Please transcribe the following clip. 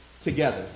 together